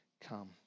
come